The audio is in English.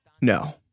No